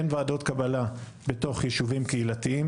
אין ועדות קבלה בתוך היישובים הקהילתיים